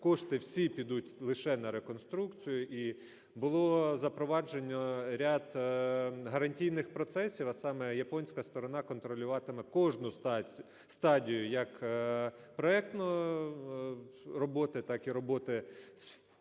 кошти всі підуть лише на реконструкцію і було запроваджено ряд гарантійних процесів, а саме, японська сторона контролюватиме кожну стадію – як проектні роботи, так і роботи з фізичної